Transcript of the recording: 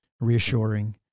reassuring